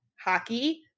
hockey